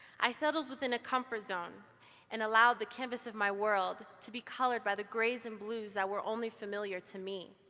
i settled within a comfort zone and allowed the canvas of my world to be colored by the grays and blues that were only familiar to me.